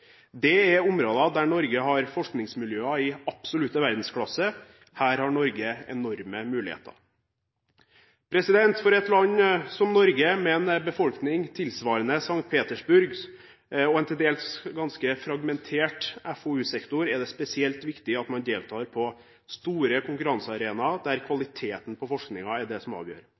Det er områder der Norge har forskningsmiljøer i absolutt verdensklasse. Her har Norge enorme muligheter. For et land som Norge med en befolkning tilsvarende St. Petersburgs og en til dels ganske fragmentert FoU-sektor, er det spesielt viktig at man deltar på store konkurransearenaer der kvaliteten på forskningen er det som avgjør.